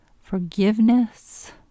Forgiveness